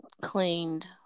cleaned